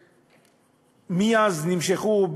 מאז הדברים נמשכו,